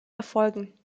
erfolgen